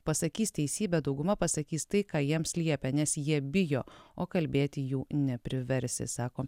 pasakys teisybę dauguma pasakys tai ką jiems liepia nes jie bijo o kalbėti jų nepriversi sako